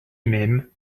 mêmes